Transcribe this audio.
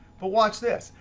but watch this.